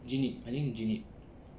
Jean Yip I think is Jean Yip